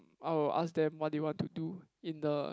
I will ask them what they want to do in the